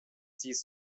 dies